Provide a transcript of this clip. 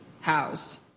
housed